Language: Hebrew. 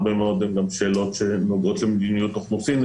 הרבה מאוד שאלות נוגעות למדיניות אוכלוסין.